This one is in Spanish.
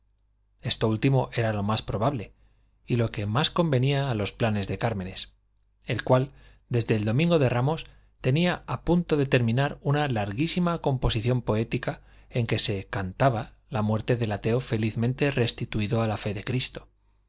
esto último era lo más probable y lo que más convenía a los planes de cármenes el cual desde el domingo de ramos tenía a punto de terminar una larguísima composición poética en que se cantaba la muerte del ateo felizmente restituido a la fe de cristo